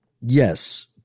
Yes